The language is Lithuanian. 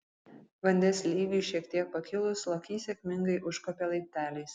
vandens lygiui šiek tiek pakilus lokys sėkmingai užkopė laipteliais